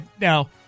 now –